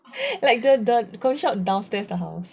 like the coffee shop downstairs the house